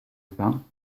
pain